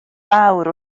fawr